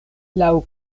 laŭ